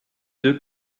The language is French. deux